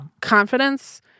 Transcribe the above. confidence